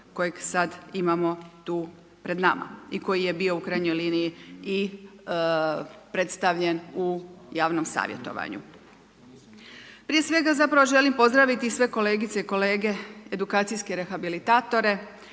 koji sad imamo tu pred nama i koji je bio u krajnjoj liniji i predstavljen u javnom savjetovanju. Prije svega želim pozdraviti sve kolegice i kolege edukacijske rehabilitatore,